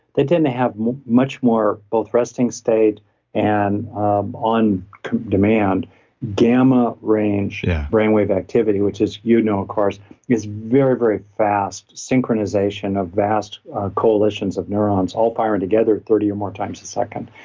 they didn't have much more both resting state and um on demand gamma range brainwave activity, which is you know, of course is very, very fast synchronization of vast coalitions of neurons all firing together thirty or more times a second.